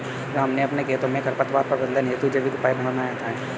राम ने अपने खेतों में खरपतवार प्रबंधन हेतु जैविक उपाय अपनाया है